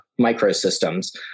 microsystems